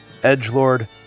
Edgelord